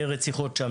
הרציחות שם.